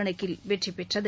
கணக்கில் வெற்றிபெற்றது